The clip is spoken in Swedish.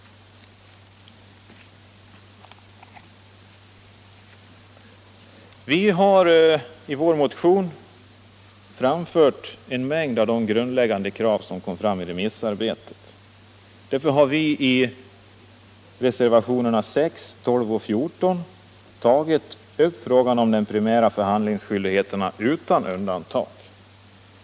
Vi har i vår motion framfört en mängd av de grundläggande krav som kom fram under remissarbetet. Därför har vi i reservationerna 6, 12 och 14 tagit upp frågan om den primära förhandlingsskyldigheten utan undantag.